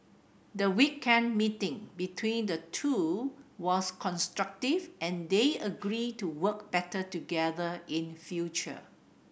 the weekend meeting between the two was constructive and they agreed to work better together in future